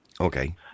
Okay